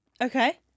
Okay